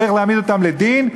צריך להעמיד אותם לדין,